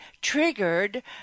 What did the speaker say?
triggered